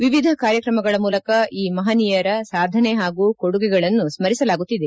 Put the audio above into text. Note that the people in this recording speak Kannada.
ವಿವಿಧ ಕಾರ್ಯಕ್ರಮಗಳ ಮೂಲಕ ಈ ಮಹನೀಯರ ಸಾಧನೆ ಹಾಗೂ ಕೊಡುಗೆಗಳನ್ನು ಸ್ಮರಿಸಲಾಗುತ್ತಿದೆ